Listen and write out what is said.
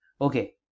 Okay